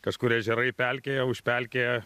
kažkur ežerai pelkėja užpelkėja